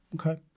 Okay